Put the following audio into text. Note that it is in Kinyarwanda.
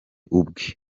ubwe